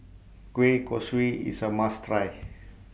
Kueh Kosui IS A must Try